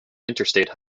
interstate